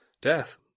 death